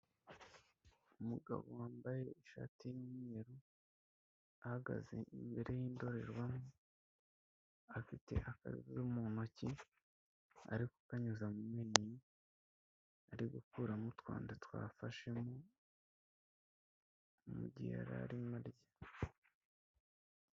Umugabo wambaye ishati y'umweru, ahagaze imbere y'indorerwamo afite aka mu ntoki arikukanyuza mumenyo ari gukuramo utwanda twafashemo mugihe yarimo arya.